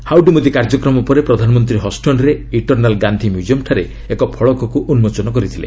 Howdy Modi କାର୍ଯ୍ୟକ୍ରମ ପରେ ପ୍ରଧାନମନ୍ତ୍ରୀ ହଷ୍ଟନରେ ଇଟରନାଲ ଗାନ୍ଧୀ ମ୍ୟୁଜିୟମଠାରେ ଏକ ଫଳକକୁ ଉନ୍କୋଚନ କରିଥିଲେ